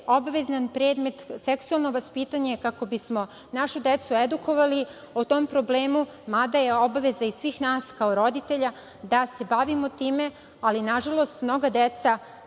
obavezan predmet seksualno vaspitanje, kako bismo našu decu edukovali o tom problemu, mada je obaveza svih nas, kao roditelja, da se bavimo time, ali nažalost mnoga deca